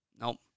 Nope